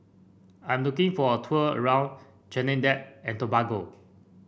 I'm looking for a tour around Trinidad and Tobago